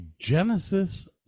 Genesis